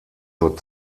nur